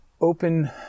open